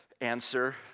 answer